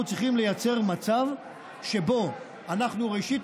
אנחנו צריכים ליצור מצב שבו אנחנו ראשית